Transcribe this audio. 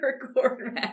record